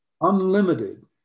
unlimited